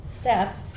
steps